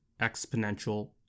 exponential